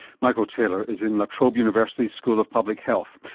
michael taylor is in la trobe university's school of public health.